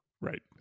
right